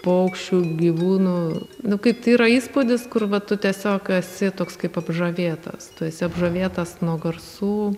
paukščių gyvūnų nu kaip tai yra įspūdis kur va tu tiesiog esi toks kaip apžavėtas tu esi apžavėtas nuo garsų